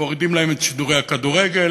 מורידים להם את שידורי הכדורגל,